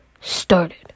started